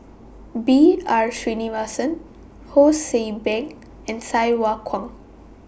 B R Sreenivasan Ho See Beng and Sai Hua Kuan